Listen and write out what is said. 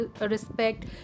respect